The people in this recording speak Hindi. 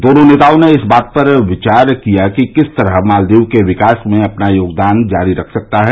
दोनों नेताओं ने इस बात पर विचार किया कि भारत किस तरह मालदीव के विकास में अपना योगदान जारी रख सकता है